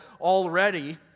already